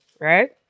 right